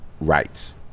rights